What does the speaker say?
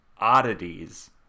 oddities